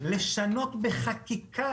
לשנות בחקיקה,